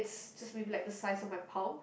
it's just maybe like the size of my palm